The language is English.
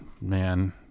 man